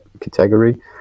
category